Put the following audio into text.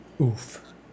Oof